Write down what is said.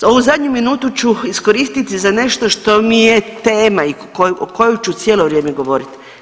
Ovu zadnju minutu ću iskoristiti za nešto što mi je tema i koju ću cijelo vrijeme govoriti.